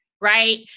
right